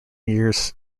years